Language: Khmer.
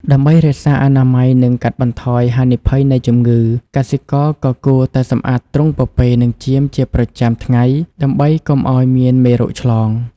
ដើម្បីរក្សាអនាម័យនិងកាត់បន្ថយហានិភ័យនៃជំងឺ កសិករក៏គួរតែសម្អាតទ្រុងពពែនិងចៀមជាប្រចាំថ្ងៃដើម្បីកុំឲ្យមានមេរោគឆ្លង។